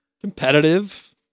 competitive